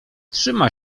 trzyma